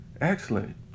Excellent